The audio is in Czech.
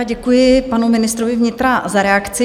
Děkuji panu ministrovi vnitra za reakci.